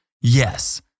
yes